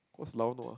what's lao nua ah